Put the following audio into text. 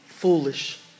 foolish